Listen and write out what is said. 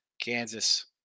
Kansas